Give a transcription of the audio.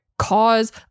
cause